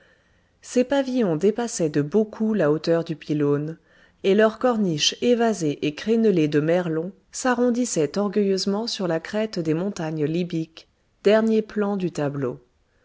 ces pavillons dépassaient de beaucoup la hauteur du pylône et leur corniche évasée et crénelée de merlons s'arrondissait orgueilleusement sur la crête des montagnes libyques dernier plan du tableau